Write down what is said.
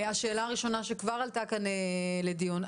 השאלה הראשונה שכבר עלתה כאן לדיון,